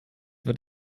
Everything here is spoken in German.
wird